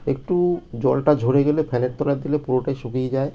একটু জলটা ঝরে গেলে ফ্যানের তলায় দিলে পুরোটাই শুকিয়ে যায়